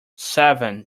seven